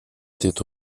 étaient